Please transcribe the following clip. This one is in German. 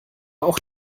auch